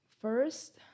first